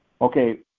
Okay